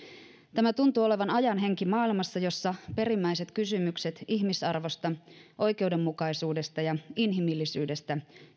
tämä tuntuu olevan ajan henki maailmassa jossa perimmäiset kysymykset ihmisarvosta oikeudenmukaisuudesta ja inhimillisyydestä